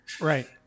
Right